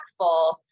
impactful